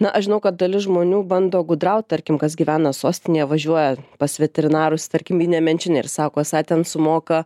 na aš žinau kad dalis žmonių bando gudraut tarkim kas gyvena sostinėje važiuoja pas veterinarus tarkim į nemenčinę ir sako esą ten sumoka